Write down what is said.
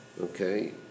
Okay